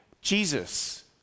Jesus